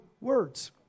words